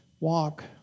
Walk